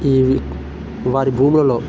ఇవి వారి భూములలో